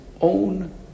own